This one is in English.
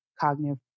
cognitive